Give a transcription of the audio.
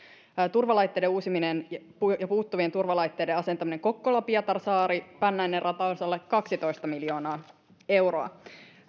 turvalaitteiden uusimiseen ja puuttuvien turvalaitteiden asentamiseen kokkola pietarsaari rataosalle kaksitoista miljoonaa euroa